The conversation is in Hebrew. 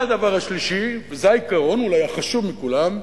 והדבר השלישי, וזה העיקרון אולי החשוב מכולם,